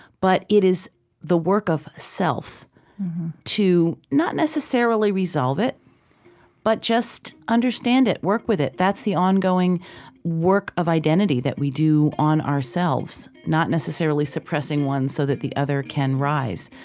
but it is the work of self to not necessarily resolve it but just understand it, work with it. that's the ongoing work of identity that we do on ourselves not necessarily suppressing one so that the other can rise.